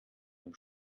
dem